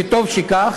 וטוב שכך.